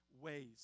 ways